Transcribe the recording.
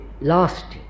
lasting